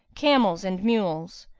camels and mules.